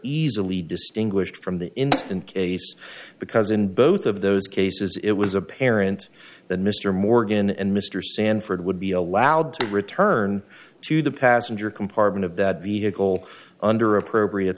easily distinguished from the instant case because in both of those cases it was apparent that mr morgan and mr sanford would be allowed to return to the passenger compartment of that vehicle under appropriate